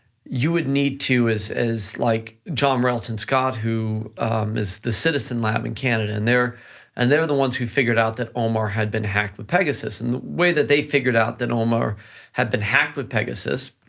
you would need to as like, john railton scott, who is the citizen lab in canada, and they're and they're the ones who figured out that omar had been hacked with pegasus and the way that they figured out that omar had been hacked with pegasus,